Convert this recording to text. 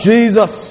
Jesus